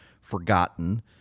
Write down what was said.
forgotten